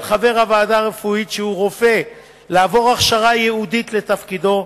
חבר ועדה רפואית שהוא רופא לעבור הכשרה ייעודית לתפקידם.